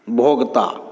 भोगताह